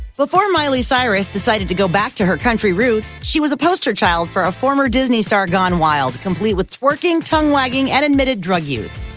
before miley cyrus decided to go back to her country roots, she was a poster child for a former disney star gone wild, complete with twerking, tongue-wagging, and admitted drug use.